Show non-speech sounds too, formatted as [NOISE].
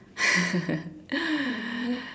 [LAUGHS]